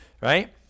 right